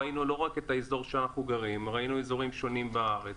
ראינו לא רק אזורים שונים בארץ.